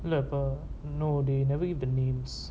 no they never give the names